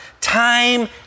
Time